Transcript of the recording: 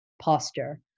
posture